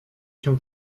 się